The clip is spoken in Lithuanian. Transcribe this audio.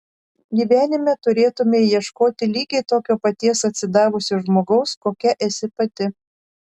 gyvenime turėtumei ieškoti lygiai tokio paties atsidavusio žmogaus kokia esi pati